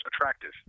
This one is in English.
attractive